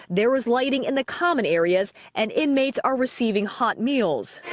there is lighting in the common areas and inmates are receiving hot meals.